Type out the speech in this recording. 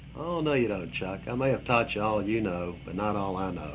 oh, no, you don't, chuck. i may have taught you all you know, but not all i know.